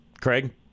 Craig